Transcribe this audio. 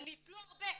הם ניצלו הרבה,